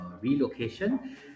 relocation